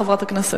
חברת הכנסת,